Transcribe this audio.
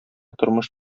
тормыш